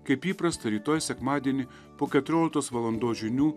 kaip įprasta rytoj sekmadienį po keturioliktos valandos žinių